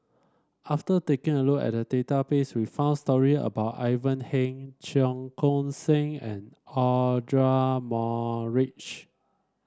after taking a look database we found story about Ivan Heng Cheong Koon Seng and Audra Morrice